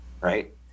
right